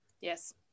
Yes